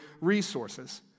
resources